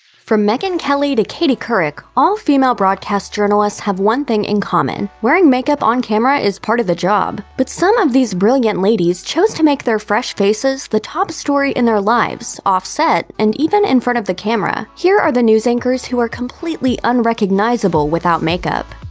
from megyn kelly to katie couric, all female broadcast journalists have one thing in common wearing makeup on-camera is part of the job. but some of these brilliant ladies chose to make their fresh faces the top story in their lives, off set and even in front of the camera. here are the news anchors who are completely unrecognizable without makeup.